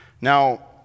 Now